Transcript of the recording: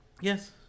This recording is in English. yes